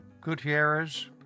Gutierrez